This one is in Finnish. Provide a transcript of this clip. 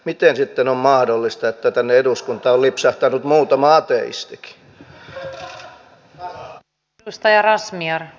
miten sitten on mahdollista että tänne eduskuntaan on lipsahtanut muutama ateistikin